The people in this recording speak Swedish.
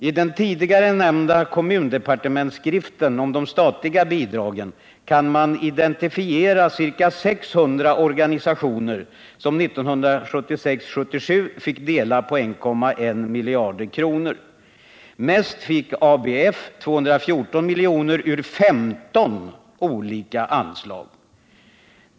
I den tidigare nämnda kommundepartementsskriften om de statliga bidragen kan man identifiera ca 600 organisationer, som 1976/77 fick dela på 1,1 miljarder kronor. Mest fick ABF, 214 miljoner ur 15 olika anslag.